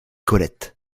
colette